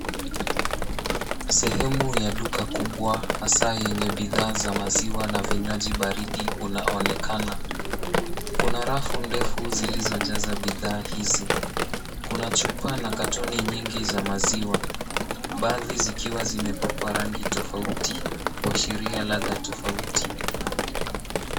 Sehemu ya duka kubwa hasa yenye bidhaa za maziwa na vinywaji baridi unaonekana. Kuna rafu ndefu zilizojaza bidhaa hizi. Kuna chupa na carton nyingi za maziwa baadhi zikiwa zimepakwa rangi tofauti kuashiria ladha tofauti.